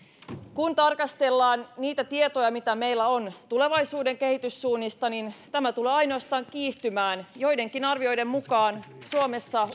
kun tarkastellaan niitä tietoja mitä meillä on tulevaisuuden kehityssuunnista niin tämä tulee ainoastaan kiihtymään joidenkin arvioiden mukaan suomessa